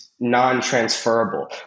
non-transferable